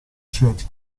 scelte